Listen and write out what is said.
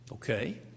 Okay